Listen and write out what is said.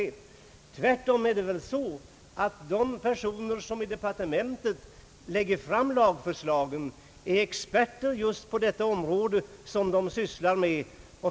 Det förhåller sig väl tvärtom så att de personer som i departementet lägger fram lagförslagen är experter just på det område de sysslar med.